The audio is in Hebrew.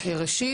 ראשית,